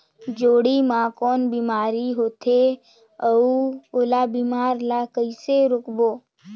जोणी मा कौन बीमारी होथे अउ ओला बीमारी ला कइसे रोकबो?